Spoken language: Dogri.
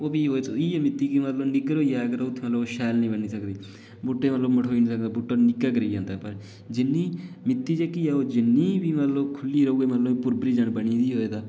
ओह् फ्ही इ'यै मि'ट्टी अगर निग्गर होई जा तां ओह शैल नेई बनी सकदी बूह्टे मतलब मठोई नेईं सकदे बूह्टे निक्का गे रेही जंदा ऐ जिन्नी मिट्टी जेह्की ऐ जिन्नी बी मतलब खु'ल्ली रौह्ग भुरबरी जन बनी दे होए तां